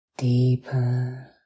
deeper